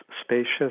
spacious